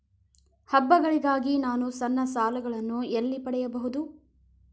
ಹಬ್ಬಗಳಿಗಾಗಿ ನಾನು ಸಣ್ಣ ಸಾಲಗಳನ್ನು ಎಲ್ಲಿ ಪಡೆಯಬಹುದು?